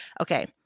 Okay